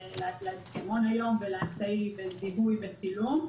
להסכמון היום ולאמצעי בזיהוי בצילום,